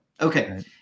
Okay